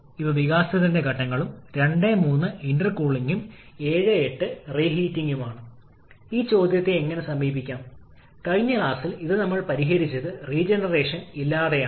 അതിനാൽ compression work നമ്മൾക്കറിയാം compression വർക്കിന്റെ തുല്യതയും നമ്മൾ ഉപയോഗിച്ചിട്ടുണ്ട് അവിടെ നിന്ന് ഒരു എച്ച്പി ടർബൈൻ വർക്ക് നമ്മൾക്ക് താപനില T4 ലഭിച്ചു